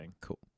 Cool